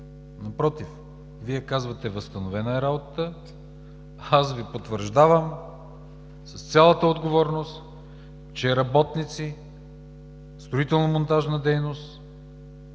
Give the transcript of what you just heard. Напротив, Вие казвате: възстановена е работата, а аз Ви потвърждавам с цялата отговорност, че работници по строително монтажна дейност